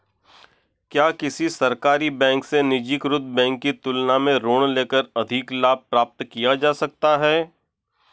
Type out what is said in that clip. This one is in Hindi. क्या किसी सरकारी बैंक से निजीकृत बैंक की तुलना में ऋण लेकर अधिक लाभ प्राप्त किया जा सकता है?